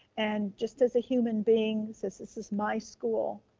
and just as a human being says this is my school,